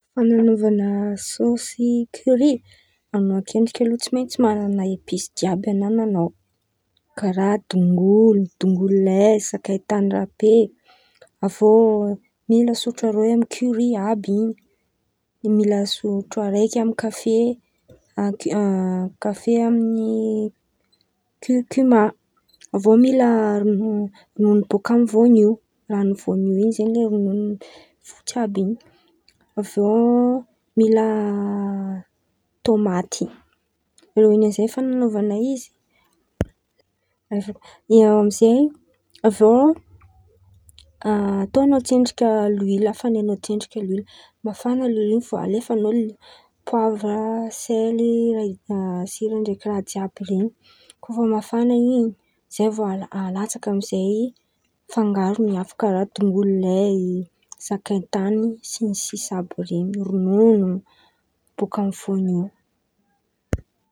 Fanan̈aovan̈a sôsy kiory, an̈ao ankendriky aloha tsy maintsy manan̈a episy jiàby anan̈anao. Karàha: dongolo, dongololay, sakaitan̈y rape, avy eo mila sotro aroe amy kiory àby in̈y, mila sotro araiky amy kafe kafe amy kiorikima, avy eo mila ron̈ono bôka amy vônio, ran̈o vônio in̈y zen̈y le jiàby in̈y, avy eo mila tômaty, avy eo amizay fanan̈aovan̈a izy eo amizay avy eo ataon̈ao atsendriky loily afanain̈ao antsendriky loily in̈y, mafan̈a loily in̈y vô alefan̈ao le- poavra, sely sira ndraiky raha jiàby ren̈y, kô fa mafan̈a in̈y zay vô alatsaka amizay fangaron̈y afaka, dongololay, sakaitan̈y sy ny sisa àby ren̈y, ron̈ono bôka amy vônio.